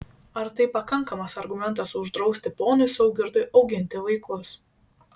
ar tai pakankamas argumentas uždrausti ponui saugirdui auginti vaikus